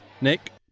Nick